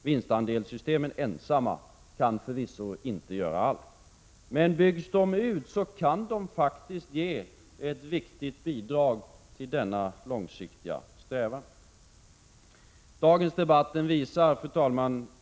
Vinstandelssystem kan förvisso inte ensamma göra allt, men byggs de ut kan de faktiskt ge ett viktigt bidrag till denna långsiktiga strävan. Fru talman!